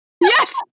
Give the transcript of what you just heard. Yes